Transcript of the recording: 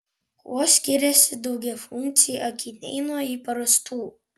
kuo skiriasi daugiafunkciai akiniai nuo įprastų